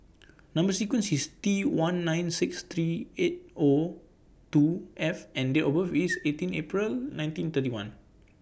Number sequence IS T one nine six three eight O two F and Date of birth IS eighteen April nineteen thirty one